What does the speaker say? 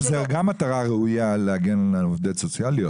זו גם מטרה ראויה להגן על עובדות סוציאליות.